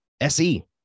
SE